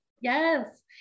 Yes